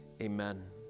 Amen